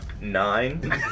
Nine